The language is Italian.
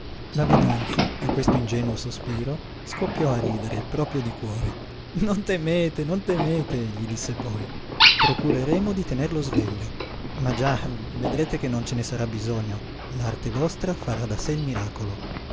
la venanzi a questo ingenuo sospiro scoppiò a ridere proprio di cuore non temete non temete gli disse poi procureremo di tenerlo sveglio ma già vedrete che non ce ne sarà bisogno l'arte vostra farà da sé il miracolo